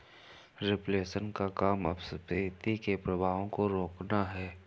reflation का काम अपस्फीति के प्रभावों को रोकना है